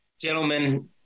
Gentlemen